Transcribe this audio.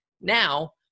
Now